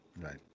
right